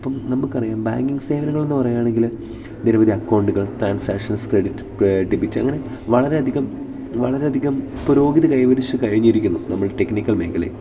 ഇപ്പം നമുക്ക് അറിയാം ബാങ്കിങ്ങ് സേവനങ്ങൾ എന്ന് പറയാണെങ്കിൽ നിരവധി അക്കൗണ്ടുകൾ ട്രാൻസാക്ഷൻസ് ക്രെഡിറ്റ് പേ ഡെബിറ്റ് അങ്ങനെ വളരെ അധികം വളരെ അധികം പുരോഗതി കൈവരിച്ച് കഴിഞ്ഞിരിക്കുന്നു നമ്മൾ ടെക്നിക്കൽ മേഖലയിൽ